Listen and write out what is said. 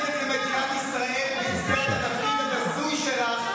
למדינת ישראל במסגרת התפקיד הבזוי שלך.